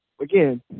again